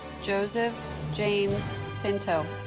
joseph james pinto